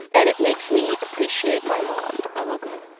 and and it makes me appreciate my mom i love that.